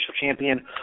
champion